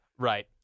Right